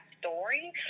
story